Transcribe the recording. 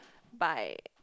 by